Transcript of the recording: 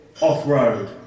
off-road